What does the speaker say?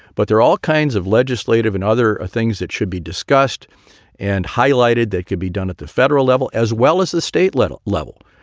but there are all kinds of legislative and other things that should be discussed and highlighted that could be done at the federal level as well as the state level level.